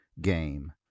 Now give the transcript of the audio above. game